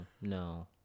No